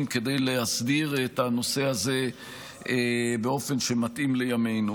כדי להסדיר את הנושא הזה באופן שמתאים לימינו.